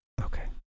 Okay